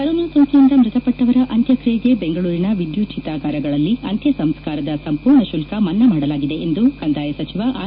corona ಸೋಂಕಿನಿಂದ ಮೃತಪಟ್ಟವರ ಅಂತ್ಯಕ್ರಿಯೆಗೆ ಬೆಂಗಳೂರಿನ ವಿದ್ಯುತ್ ಚಿತಾಗಾರಗಳಲ್ಲಿ ಅಂತ್ಯ ಸಂಸ್ಕಾರದ ಸಂಪೂರ್ಣ ಶುಲ್ಕ ಮನ್ನ ಮಾಡಲಾಗಿದೆ ಎಂದು ಕಂದಾಯ ಸಚಿವ ಆರ್